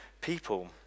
people